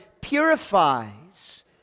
purifies